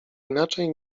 inaczej